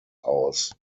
aus